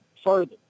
further